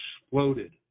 exploded